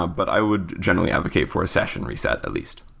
ah but i would generally advocate for a session reset at least.